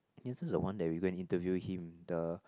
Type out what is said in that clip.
Yanzi is the one that we go and interview him the